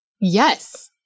Yes